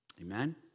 Amen